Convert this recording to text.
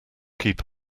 keep